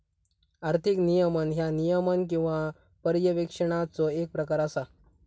आर्थिक नियमन ह्या नियमन किंवा पर्यवेक्षणाचो येक प्रकार असा